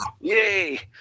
Yay